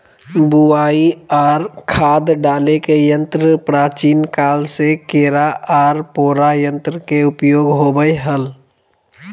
बुवाई आर खाद डाले के यंत्र प्राचीन काल से केरा आर पोरा यंत्र के उपयोग होवई हल